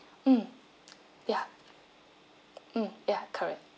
mm ya mm ya correct